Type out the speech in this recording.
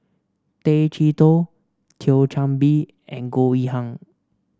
Tay Chee Toh Thio Chan Bee and Goh Yihan